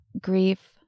grief